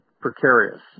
precarious